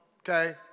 Okay